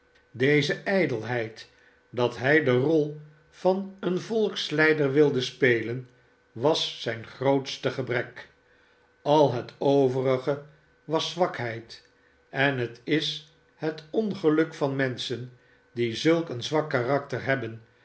deze ijdelheid dat hij de rol van een volksleider wilde spelen was zijn grootste gebrek al het overige was zwakheid en het is het ongeluk van menschen die zulk een zwak karakter hebben